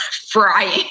frying